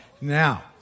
Now